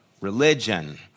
religion